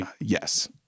Yes